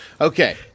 Okay